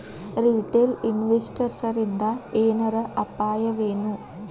Retail ಇನ್ವೆಸ್ಟರ್ಸಿಂದಾ ಏನರ ಅಪಾಯವಎನು?